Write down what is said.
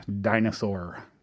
Dinosaur